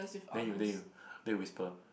then you then you then you whisper